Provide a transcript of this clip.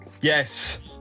Yes